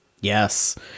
Yes